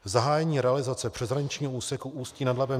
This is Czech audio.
Zahájení realizace přeshraničního úseku Ústí nad Labem